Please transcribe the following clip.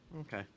Okay